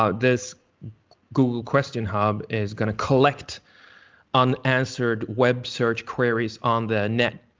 ah this google question hub is gonna collect unanswered web search queries on the net.